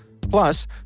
Plus